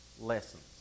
lessons